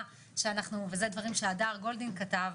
אלה דברים שהדר גולדין כתב,